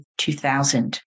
2000